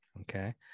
okay